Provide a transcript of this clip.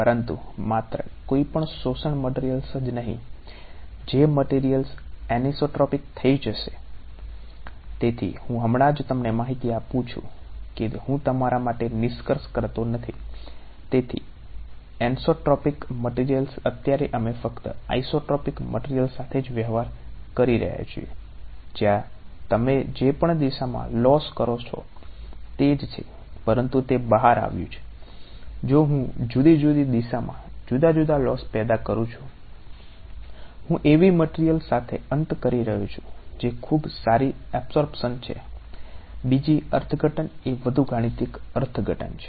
પરંતુ માત્ર કોઈપણ શોષણ મટીરીયલ્સ જ નહીં જે મટીરીયલ્સ એનિસોટ્રોપિક કહે છે